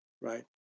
right